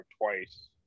twice